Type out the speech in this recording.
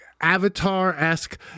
avatar-esque